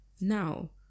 Now